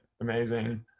amazing